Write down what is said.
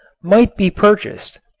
might be purchased.